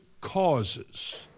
causes